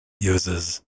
uses